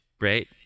right